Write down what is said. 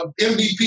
MVP